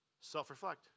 self-reflect